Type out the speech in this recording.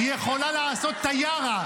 היא יכולה לעשות טיארה,